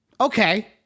Okay